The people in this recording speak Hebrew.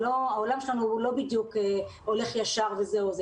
העולם שלנו לא בדיוק הולך ישר וזהו זה,